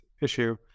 issue